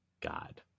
God